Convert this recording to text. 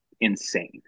insane